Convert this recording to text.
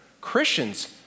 Christians